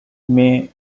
may